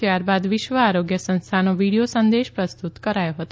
ત્યારબાદ વિશ્વ આરોગ્ય સંસ્થાનો વિડિયો સંદેશ પ્રસ્તુત કરાયો હતો